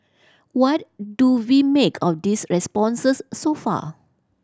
what do we make of these responses so far